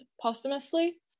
posthumously